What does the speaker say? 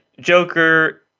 Joker